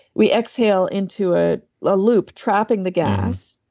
we exhale into a loop, trapping the gas.